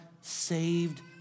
saved